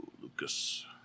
Lucas